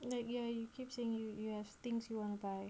like ya you keep saying you you have things you wanna buy